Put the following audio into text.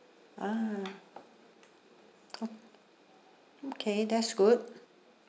ah ok~ okay that's good